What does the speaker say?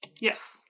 yes